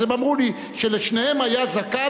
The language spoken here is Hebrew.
אז הם אמרו לי שלשניהם היה זקן,